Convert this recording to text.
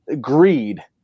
Greed